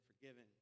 forgiven